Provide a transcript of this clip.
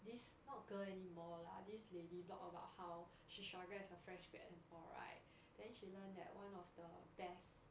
this not girl anymore lah this lady blog about how she struggle as a fresh grad and all right then she learnt that one of the best